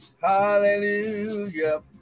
hallelujah